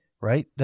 right